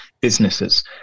businesses